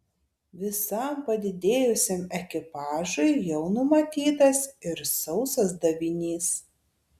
visam padidėjusiam ekipažui jau numatytas ir sausas davinys